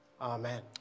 Amen